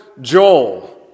Joel